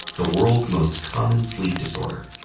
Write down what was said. the world's most common sleep disorder.